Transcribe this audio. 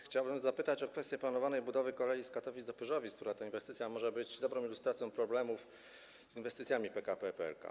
Chciałbym zapytać o kwestię planowanej budowy kolei z Katowic do Pyrzowic, która to inwestycja może być dobrą ilustracją problemów z inwestycjami PKP PLK.